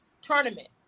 tournament